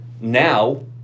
Now